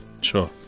Sure